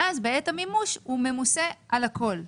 ואז בעת המימוש הוא ממוסה על הכל,